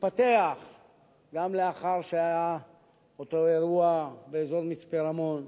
התפתח גם לאחר שהיה אותו אירוע באזור מצפה-רמון,